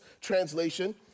translation